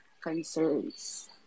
concerns